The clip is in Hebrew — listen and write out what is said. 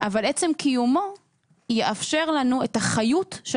אבל עצם קיומו יאפשר לנו את החיות של